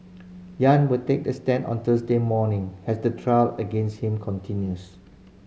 yang will take the stand on Thursday morning as the trial against him continues